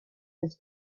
his